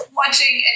watching